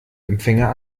empfänger